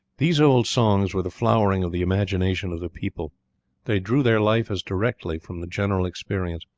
these old songs were the flowering of the imagination of the people they drew their life as directly from the general experience,